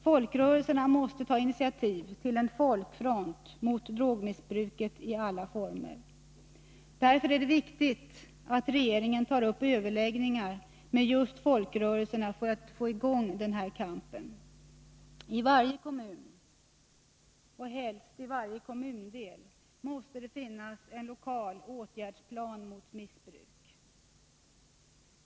Folkrörelserna måste ta initiativ till en folkfront mot drogmissbruket i alla former. Därför är det viktigt att regeringen tar upp överläggningar med just folkrörelserna för att få i gång denna kamp. I varje kommun och helst i varje kommundel måste det finnas en lokal åtgärdsplan mot missbruk.